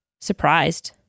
surprised